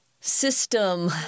system